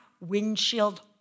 windshield